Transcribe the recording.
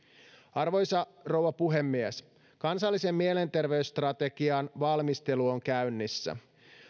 arvoisa rouva puhemies kansallisen mielenterveysstrategian valmistelu on käynnissä